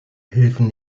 hilfen